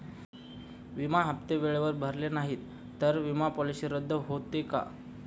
विमा हप्ते वेळेवर भरले नाहीत, तर विमा पॉलिसी रद्द होते का?